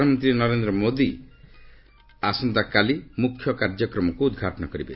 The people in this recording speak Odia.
ପ୍ରଧାନମନ୍ତୀ ନରେନ୍ଦ୍ର ମୋଦି ଆସନ୍ତାକାଲି ମୁଖ୍ୟ କାର୍ଯ୍ୟକ୍ରମକୁ ଉଦ୍ଘାଟନ କରିବେ